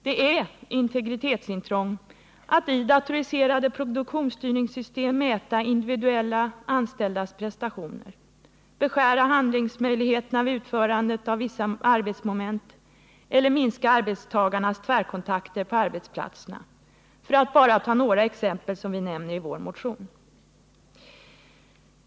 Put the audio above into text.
Det är integritetsintrång att i datoriserade produktionsstyrningssystem mäta individuella anställdas prestationer, beskära handlingsmöjligheter vid utförande av vissa arbetsmoment eller minska arbetstagarnas tvärkontakter på arbetsplatserna, för att bara ta några exempel som vi nämner i vår motion.